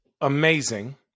amazing